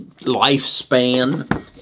lifespan